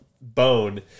bone